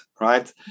right